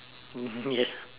yes